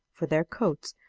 for their coats,